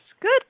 Good